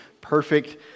perfect